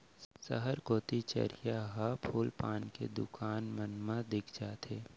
सहर कोती चरिहा ह फूल पान के दुकान मन मा दिख जाथे